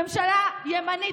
ממשלה ימנית.